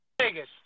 Vegas